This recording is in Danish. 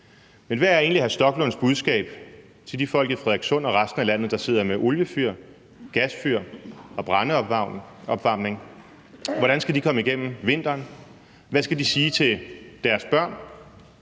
Men hvad er egentlig hr. Rasmus Stoklunds budskab til de folk i Frederikssund og resten af landet, der sidder med oliefyr, gasfyr og brændeopvarmning? Hvordan skal de komme igennem vinteren? Hvad skal de sige til deres børn,